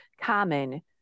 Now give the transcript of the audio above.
common